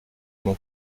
mon